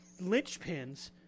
linchpins